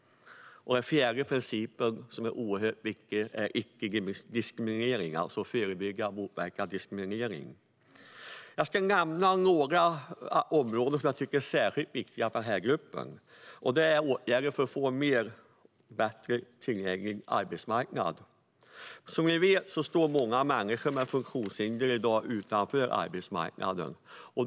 Den fjärde principen, som är oerhört viktig, är icke-diskriminering, alltså att man ska förebygga och motverka diskriminering. Jag ska nämna några områden som jag tycker är särskilt viktiga för denna grupp. Ett är åtgärder för en bättre och mer tillgänglig arbetsmarknad. Som ni vet står många människor med funktionshinder i dag utanför arbetsmarknaden.